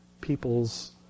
people's